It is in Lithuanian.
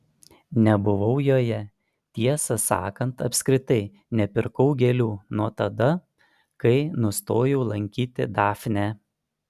nebuvau joje tiesą sakant apskritai nepirkau gėlių nuo tada kai nustojau lankyti dafnę